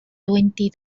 twenty